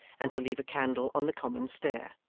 and to leave a candle on the common stair.